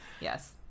Yes